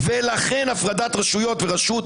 ולכן הפרדת רשויות ורשות